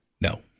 no